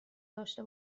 داشته